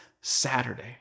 Saturday